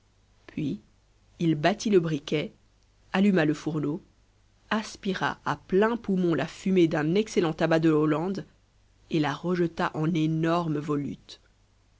puis il battit le briquet alluma le fourneau aspira à pleins poumons la fumée d'un excellent tabac de hollande et la rejeta en énormes volutes